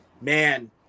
man